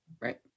Right